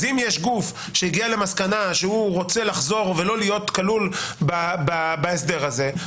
אז אם יש גוף שהגיע למסקנה שהוא רוצה לחזור ולא להיות כלול בהסדר הזה,